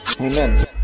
Amen